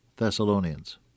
Thessalonians